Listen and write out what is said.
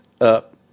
up